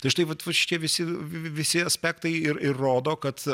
tai štai vat vat čia vi visi aspektai ir ir rodo kad